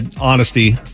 honesty